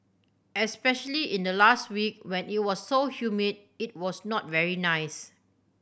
especially in the last week when it was so humid it was not very nice